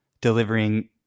delivering